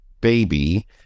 baby